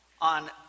on